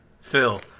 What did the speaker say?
Phil